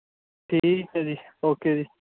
ਠੀਕ ਹੈ ਜੀ ਓਕੇ ਜੀ